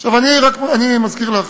אני מזכיר לך,